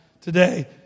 today